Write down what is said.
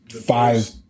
five